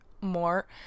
more